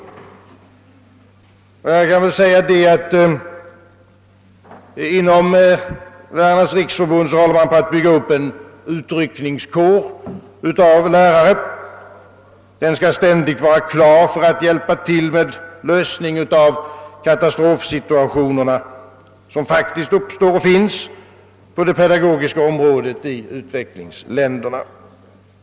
Inom Lärarnas riksförbund håller man på att bygga upp en utryckningskår av lärare. Den skall ständigt vara beredd att hjälpa till med lösningen av katastrofsituationer som faktiskt uppstår och finns på det pedagogiska området i utvecklingsländerna.